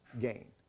gain